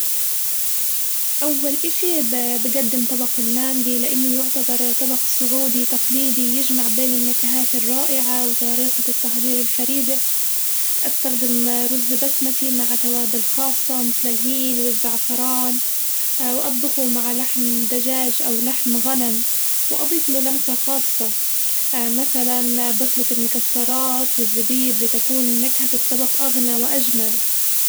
أول إشي ب- بجدم طبق المندي لإنه يعتبر طبق سعودي تقليدي يجمع بين النكهات الرائعة وطريقة التحضير الفريدة، أستخدم رز بسمتي مع توابل خاصة مثل الهيل والزعفران، وأطبخه مع لحم دجاج أو لحم غنم، وأضيف له لمسة خاصة مثلاً بخلط المكسرات والزبيب لتكون نكهة الطبق أغنى وأجمل.